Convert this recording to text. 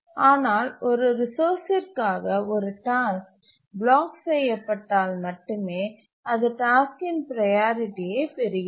ஆனால் ஒரு ரிசோர்ஸ்சிற்காக ஒரு டாஸ்க் பிளாக் செய்யப்பட்டால் மட்டுமே அது டாஸ்க்கின் ப்ரையாரிட்டியைப் பெறுகிறது